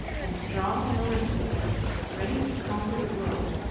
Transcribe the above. and strong in arithmetic ready to conquer the world,